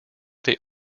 they